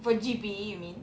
for G_P